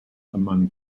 among